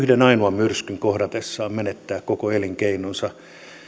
ainoan myrskyn kohdatessaan menettää koko elinkeinonsa